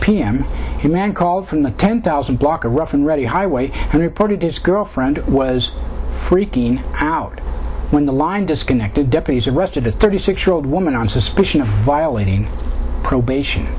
the man called from the ten thousand block of rough and ready highway and reported his girlfriend was freaking out when the line disconnected deputies arrested a thirty six year old woman on suspicion of violating probation